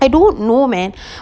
I don't know man